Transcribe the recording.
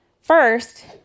First